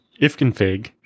ifconfig